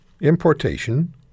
importation